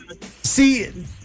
See